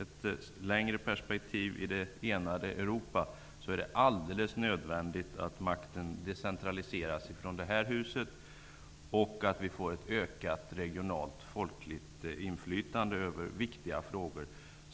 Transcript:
ett längre perspektiv i det enade Europa -- är alldeles nödvändigt att makten decentraliseras från detta hus och att vi får ett ökat regionalt folkligt inflytande över viktiga frågor.